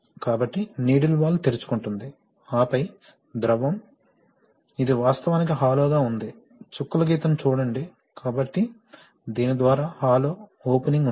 కాబట్టి needle valve తెరుచుకుంటుంది ఆపై ద్రవం ఇది వాస్తవానికి హాలో గా ఉంది చుక్కల గీతను చూడండి కాబట్టి దీని ద్వారా హాలో ఓపెనింగ్ ఉంటుంది